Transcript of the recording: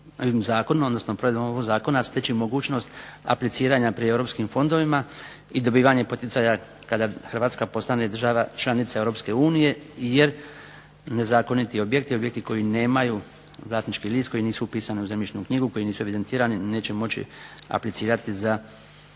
zakonom, odnosno prijedlogom ovog zakona steći mogućnost apliciranja pri Europskim fondovima i dobivanja poticaja kada Hrvatska postane država članica Europske unije jer nezakoniti objekti, objekti koji nemaju vlasnički list, koji nisu upisani u vlasničku knjigu, koji nisu evidentirani neće moći aplicirati za